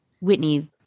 Whitney